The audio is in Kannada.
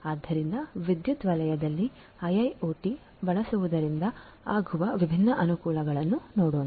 ಆದ್ದರಿಂದ ವಿದ್ಯುತ್ ವಲಯದಲ್ಲಿ ಐಐಒಟಿ ಬಳಸುವುದರಿಂದ ಆಗುವ ವಿಭಿನ್ನ ಅನುಕೂಲಗಳನ್ನು ನೋಡೋಣ